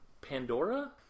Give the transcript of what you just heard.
Pandora